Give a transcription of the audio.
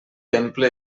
temple